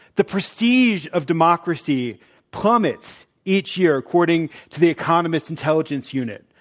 the prestige of democracy plummets each year, according to the economist intelligence unit.